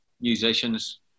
musicians